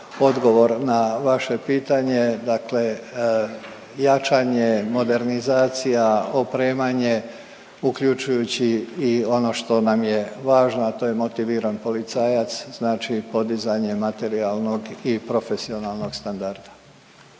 na vaše pitanje. Dakle, jačanje modernizacija, opremanje uključujući i ono što nam je važno a to je motiviran policajac, znači podizanje materijalnog i profesionalnog standarda.